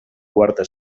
quarta